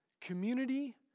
Community